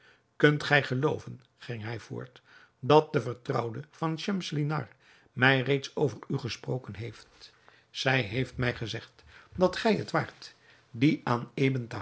kunt gij gelooven ging hij voort dat de vertrouwde van schemselnihar mij reeds over u gesproken heeft zij heeft mij gezegd dat gij het waart die aan